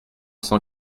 cent